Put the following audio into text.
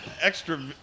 extra